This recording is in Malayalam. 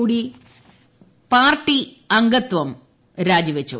കൂടി പാർട്ടി അംഗത്വം രാജിവെച്ചു